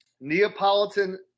Neapolitan